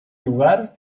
lugar